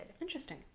Interesting